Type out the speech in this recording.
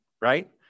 right